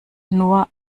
nur